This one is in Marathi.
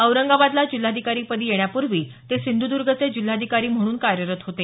औरंगाबादला जिल्हाधिकारीपदी येण्यापूर्वी ते सिंधूदर्गचे जिल्हाधिकारी म्हणून कार्यरत होते